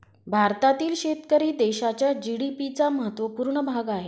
भारतातील शेतकरी देशाच्या जी.डी.पी चा महत्वपूर्ण भाग आहे